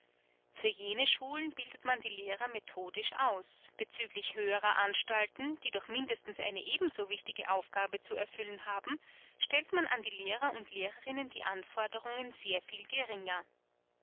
für jene schulen bildet man die lehrer methodisch aus bezüglich höherer anstalten die doch mindestens eine ebenso wichtige aufgabe zu erfüllen haben stellt man an die lehrer und lehrerinnen die anforderungen sehr viel geringer